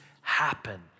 happen